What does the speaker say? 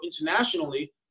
internationally